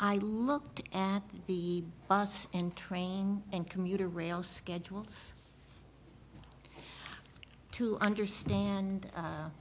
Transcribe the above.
i looked at the bus and training and commuter rail schedules to understand